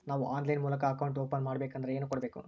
ನಾವು ಆನ್ಲೈನ್ ಮೂಲಕ account open ಮಾಡಬೇಂಕದ್ರ ಏನು ಕೊಡಬೇಕು?